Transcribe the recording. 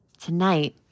tonight